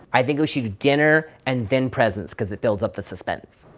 i think we should do dinner and then presents cause it builds up the suspense.